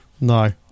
No